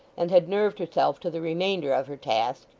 and had nerved herself to the remainder of her task,